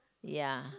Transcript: ya